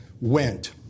went